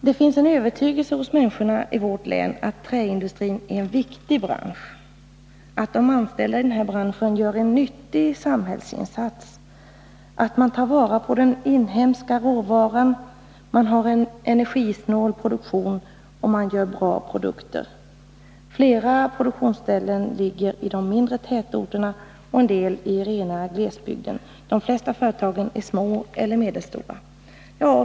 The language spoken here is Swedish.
Det finns en övertygelse hos människorna i vårt län om att träindustrin är en viktig bransch, att de anställda i denna bransch gör en nyttig samhällsinsats, att man tar vara på den inhemska råvaran, att man har en energisnål produktion och att man gör bra produkter. Flera produktionsställen ligger i de mindre tätorterna och en del i rena rama glesbygden. De flesta företagen är små eller medelstora.